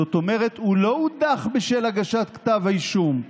זאת אומרת, הוא לא הודח בשל הגשת כתב האישום.